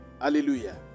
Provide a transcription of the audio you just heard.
Hallelujah